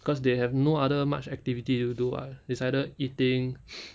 because they have no other much activity to do [what] it's either eating